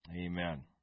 Amen